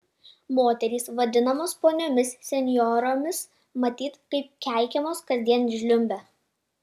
moterys vadinamos poniomis senjoromis matyt taip keikiamos kasdien žliumbia